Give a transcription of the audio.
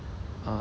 uh